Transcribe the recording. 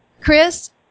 Chris